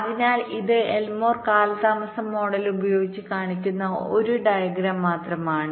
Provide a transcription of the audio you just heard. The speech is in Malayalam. അതിനാൽ ഇത് എൽമോർ കാലതാമസം മോഡൽ ഉപയോഗിച്ച് കാണിക്കുന്ന ഒരു ഡയഗ്രം മാത്രമാണ്